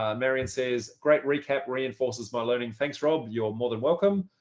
ah marian says great recap reinforces my learning. thanks, rob. you're more than welcome.